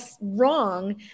wrong